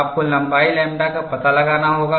आपको लम्बाई लैम्ब्डा का पता लगाना होगा